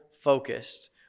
focused